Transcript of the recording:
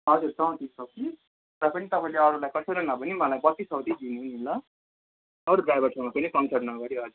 हजुर चौतिस सौ कि र पनि तपाईँले अरूलाई कसैलाई नभनी मलाई बत्तिस सौ चाहिँ दिनु नि ल अरू ड्राइभरसँग कुनै कन्सल्ट नगरी हजुर